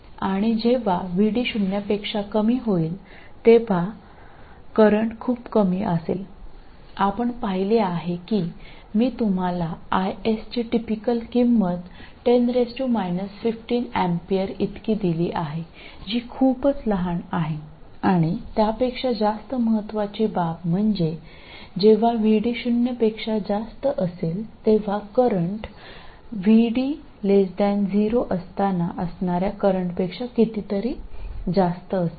आणि जेव्हा VD शून्यापेक्षा कमी होईल तेव्हा करंट खूप कमी असेल आपण पाहिले आहे की मी तुम्हाला IS ची टिपिकल किंमत 10 15 A इतकी दिली आहे जी खूपच लहान आहे आणि त्यापेक्षा जास्त महत्वाची बाब म्हणजे जेव्हा VD शून्यापेक्षा जास्त असेल तेव्हा करंट VD 0 असताना असणाऱ्या करंटपेक्षा कितीतरी जास्त असेल